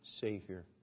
Savior